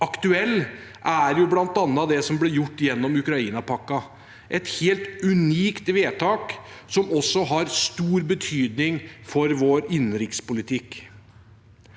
aktuell er bl.a. det som ble gjort gjennom Ukraina-pakken, et helt unikt vedtak som også har stor betydning for vår innenrikspolitikk.